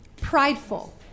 Prideful